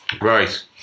Right